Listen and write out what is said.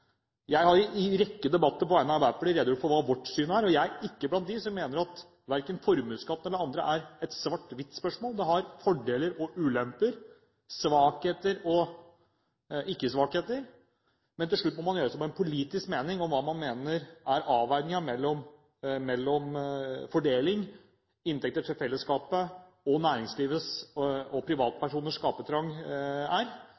Jeg har i en rekke debatter på vegne av Arbeiderpartiet redegjort for hva vårt syn er. Og jeg er ikke blant dem som mener at formuesskatt eller annet er et svart-hvitt-spørsmål; det har fordeler og ulemper, svakheter og styrker. Men til slutt må man gjøre seg opp en politisk mening om hva man mener er avveiningen mellom fordeling, inntekter til fellesskapet og næringslivets og privatpersoners skapertrang, og vi har da landet på det som er